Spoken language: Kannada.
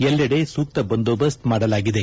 ಎಲ್ಲೆಡೆ ಸೂಕ್ತ ಬಂದೋಬಸ್ತ್ ಮಾಡಲಾಗಿದೆ